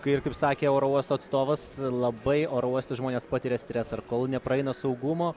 kai ir kaip sakė oro uosto atstovas labai oro uoste žmonės patiria stresą ir kol nepraeina saugumo